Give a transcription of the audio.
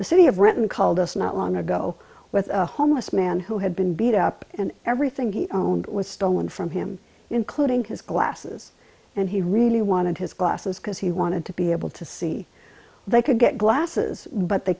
the city of renton called us not long ago with a homeless man who had been beat up and everything he owned was stolen from him including his glasses and he really wanted his glasses because he wanted to be able to see they could get glasses but they